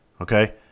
Okay